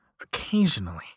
Occasionally